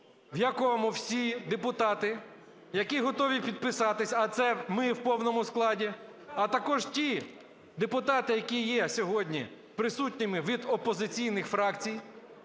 в якому всі депутати, які готові підписатися, а це ми в повному складі, а також ті депутати, які є сьогодні присутніми від опозиційних фракцій,